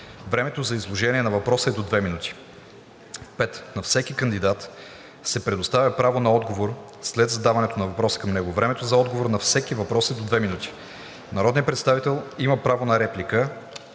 Времето за изложение на въпросите е до 2 минути. 5. На всеки кандидат се предоставя право на отговор след задаването на въпрос към него. Времето за отговор на всеки въпрос е до 2 минути. Народният представител има право на реплика,